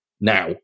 now